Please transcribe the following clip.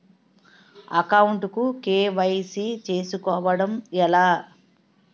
Account కు KYC చేసుకోవడం ఎలా?